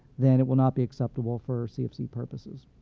then it will not be acceptable for cfc purposes.